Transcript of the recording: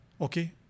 okay